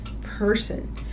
person